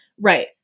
Right